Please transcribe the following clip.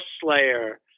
Slayer